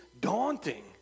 daunting